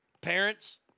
Parents